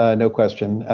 ah no question.